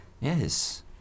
Yes